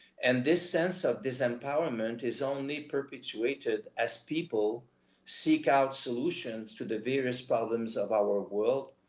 and this sense of disempowerment is only perpetuated as people seek out solutions to the various problems of our world,